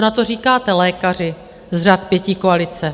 Co na to říkáte, lékaři z řad pětikoalice?